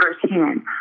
firsthand